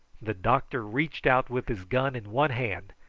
the doctor reached out with his gun in one hand,